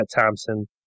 Thompson